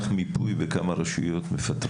גם אצלנו מתנהל מידי יום חמ״ל שמנסה לתת